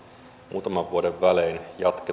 muutaman vuoden välein jatkettu tämän